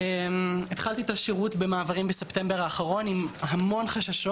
התחלתי את השירות במעברים בספטמבר האחרון עם המון חששות,